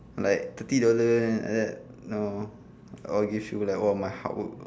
like thirty dollar eh like that you know all give you lah all my hard work